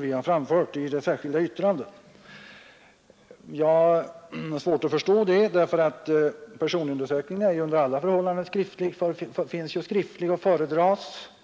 vi fört fram i det särskilda yttrandet. Jag har svårt att förstå att det kan bli någon sådan pappersexercis, eftersom ju personundersökningen under alla förhållanden finns utskriven och alltså kan föredras.